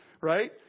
Right